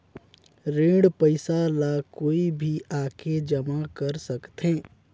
ऋण पईसा ला कोई भी आके जमा कर सकथे?